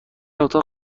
اتاق